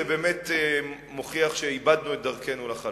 זה באמת מוכיח שאיבדנו את דרכנו לחלוטין.